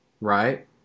right